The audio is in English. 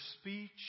speech